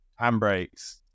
handbrakes